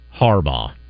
Harbaugh